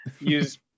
use